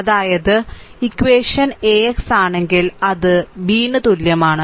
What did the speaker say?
അതായത് equation AX ആണെങ്കിൽ അത് B ന് തുല്യമാണ്